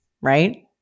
right